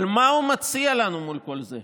אבל מה הוא מציע לנו מול כל זה,